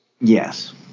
Yes